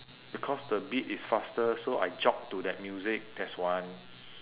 because the beat is faster so I jog to that music that's one